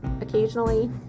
occasionally